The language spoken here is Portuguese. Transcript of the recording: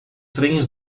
trens